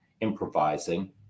improvising